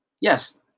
yes